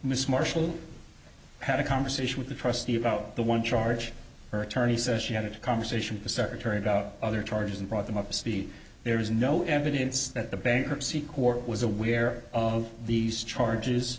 miss marshall had a conversation with the trustee about the one charge her attorney says she had a conversation with the secretary about other charges and brought them up to speed there is no evidence that the bankruptcy court was aware of these charges